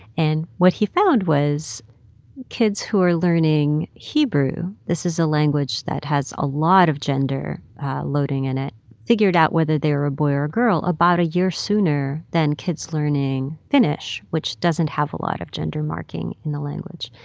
and what he found was kids who were learning hebrew this is a language that has a lot of gender loading in it figured out whether they were a boy or a girl about a year sooner than kids learning finnish, which doesn't have a lot of gender marking in the language.